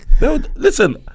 listen